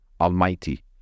Almighty